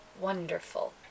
wonderful